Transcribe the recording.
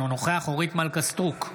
אינו נוכח אורית מלכה סטרוק,